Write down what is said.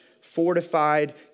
fortified